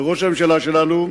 לראש הממשלה שלנו,